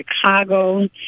Chicago